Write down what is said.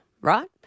right